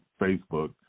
Facebook